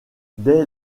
dès